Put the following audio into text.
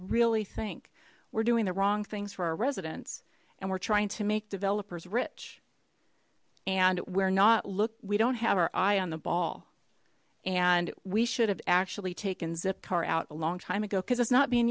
really think we're doing the wrong things for our residents and we're trying to make developers rich and we're not look we don't have our eye on the ball and we should have actually taken zipcar out a long time ago because it's not being